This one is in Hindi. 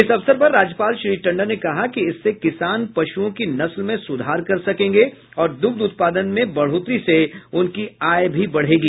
इस अवसर पर राज्यपाल श्री टंडन ने कहा कि इससे किसान पशुओं की नस्ल में सुधार कर सकेंगे और दुग्ध उत्पादन में बढ़ोतरी से उनकी आय भी बढ़ेगी